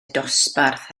dosbarth